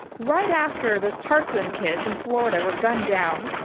right after those parkland kids in florida were gunned down,